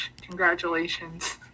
Congratulations